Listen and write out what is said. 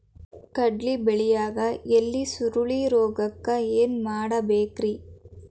ಕಡ್ಲಿ ಬೆಳಿಯಾಗ ಎಲಿ ಸುರುಳಿರೋಗಕ್ಕ ಏನ್ ಮಾಡಬೇಕ್ರಿ?